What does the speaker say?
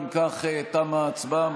אם כך, תמה ההצבעה.